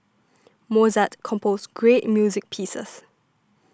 Mozart composed great music pieces